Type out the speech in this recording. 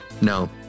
No